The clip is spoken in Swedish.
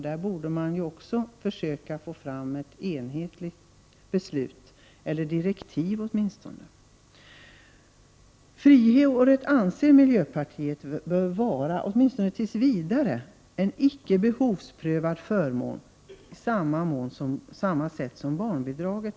Där borde enhetliga direktiv tas fram. Miljöpartiet anser att friåret bör vara, åtminstone tills vidare, en icke behovsprövad förmån, på samma sätt som barnbidraget.